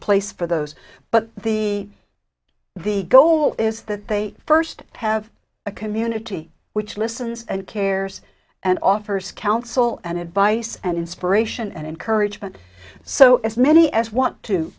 place for those but the the goal is that they first have a community which listens and cares and offers counsel and advice and inspiration and encouragement so as many as want to